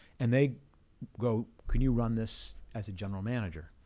and they go, can you run this as a general manager?